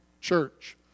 church